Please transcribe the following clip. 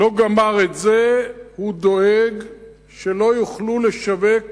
לא גמר את זה, הוא דואג שלא יוכלו לשווק